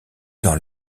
dans